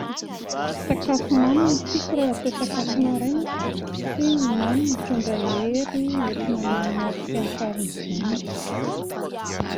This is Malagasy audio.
Sakafo mamy no tiako raha hatao sakafo maraina satria ny mamy mitondra hery entina miatrika ny mpahariva andro